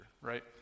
Right